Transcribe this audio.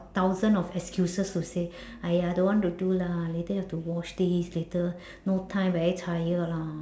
thousand of excuses to say !aiya! don't want to do lah later have to wash this later no time very tired lah